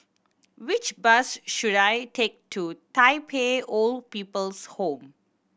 which bus should I take to Tai Pei Old People's Home